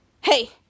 Hey